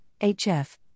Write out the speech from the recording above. HF